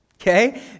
okay